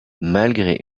malgré